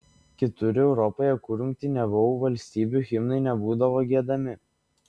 kitur europoje kur rungtyniavau valstybių himnai nebūdavo giedami